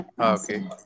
Okay